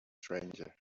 stranger